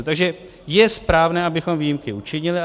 Takže je správné, abychom výjimky učinili.